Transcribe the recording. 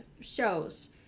shows